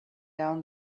down